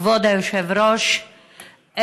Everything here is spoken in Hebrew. כבוד היושב-ראש,